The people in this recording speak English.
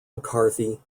mccarthy